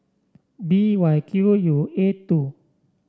B Y Q U eight two